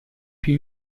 più